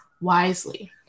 wisely